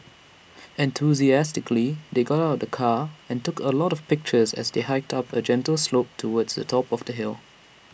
enthusiastically they got out of the car and took A lot of pictures as they hiked up A gentle slope towards the top of the hill